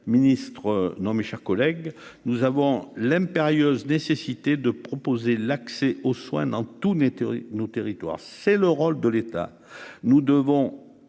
ministre, non, mes chers collègues, nous avons l'impérieuse nécessité de proposer l'accès aux soins dans tout n'étaient nos territoires, c'est le rôle de l'État, nous devons,